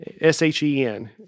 S-H-E-N